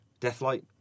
Deathlight